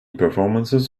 performances